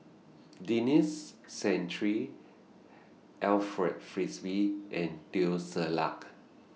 Denis Santry Alfred Frisby and Teo Ser Luck